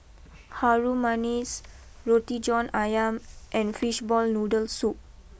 Harum Manis Roti John Ayam and Fish Ball Noodle Soup